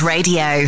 Radio